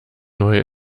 neue